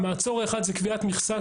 המעצור האחד זה קביעת מכסה,